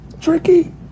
tricky